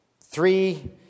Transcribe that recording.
three